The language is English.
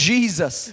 Jesus